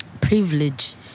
Privilege